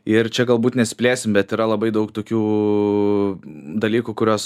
ir čia galbūt nesiplėsim bet yra labai daug tokių dalykų kuriuos